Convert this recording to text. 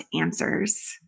answers